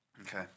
Okay